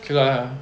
sure ah